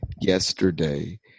yesterday